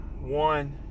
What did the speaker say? One